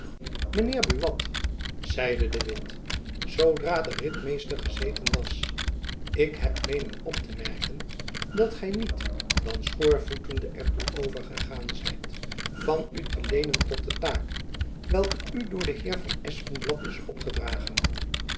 buat zeide de witt zoodra de ritmeester gezeten was ik heb meenen op te merken dat gy niet dan schoorvoetende er toe overgegaan zijt van u te leenen tot de taak welke u door den heer van espenblad is opgedragen